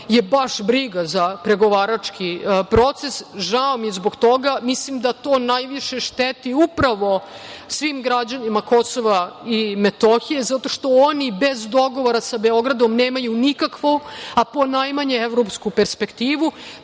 je baš briga za pregovarački proces. Žao mi je zbog toga. Mislim da to najviše šteti upravo svim građanima KiM zato što oni bez dogovora sa Beogradom nemaju nikakvu, a po najmanje evropsku perspektivu.